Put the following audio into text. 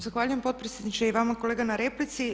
Zahvaljujem potpredsjedniče i vama kolega na replici.